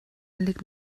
liegt